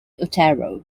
utero